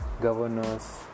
governors